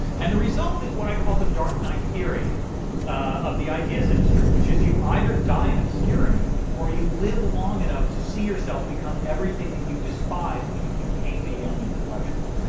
and the result is what i call the dark knight theory of the ideas industry, which is you either die in obscurity or you live long enough to see yourself become everything that you despised when you became a young intellectual.